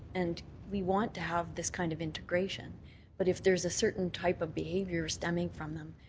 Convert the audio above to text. and we want to have this kind of integration but if there's a certain type of behaviour stemming from them,